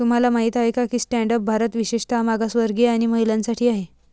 तुम्हाला माहित आहे का की स्टँड अप भारत विशेषतः मागासवर्गीय आणि महिलांसाठी आहे